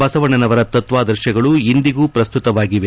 ಬಸವಣ್ಣನವರ ತತ್ವಾದರ್ಶಗಳು ಇಂದಿಗೂ ಪ್ರಸ್ತುತವಾಗಿವೆ